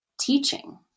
teaching